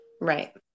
right